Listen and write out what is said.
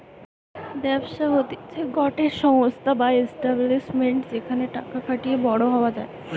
ব্যবসা হতিছে গটে সংস্থা বা এস্টাব্লিশমেন্ট যেখানে টাকা খাটিয়ে বড়ো হওয়া যায়